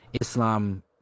Islam